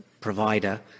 provider